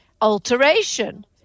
alteration